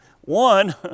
One